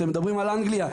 אתם מדברים על אנגליה,